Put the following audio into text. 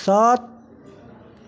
सात